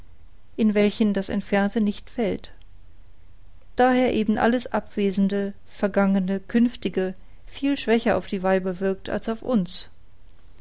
in welchen das entfernte nicht fällt daher eben alles abwesende vergangene künftige viel schwächer auf die weiber wirkt als auf uns